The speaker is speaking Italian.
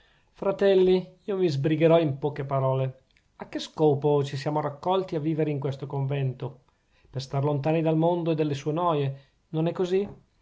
fratelli io mi sbrigherò in poche parole a che scopo ci siamo raccolti a vivere in questo convento per star lontani dal mondo e dalle sue noie non è così